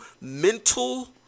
mental